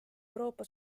euroopa